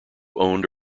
owned